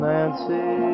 Nancy